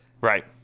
Right